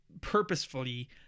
purposefully